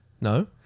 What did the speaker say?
No